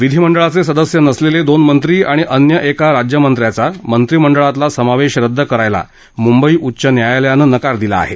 विधीमंडळाचे सदस्य नसलेले दोन मंत्री आणि अन्य एका राज्यमंत्र्याचा मंत्रिमंडळातला समावेश रद्द करायला मुंबई उच्च न्यायालयानं नकार दिला आहे